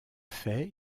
fait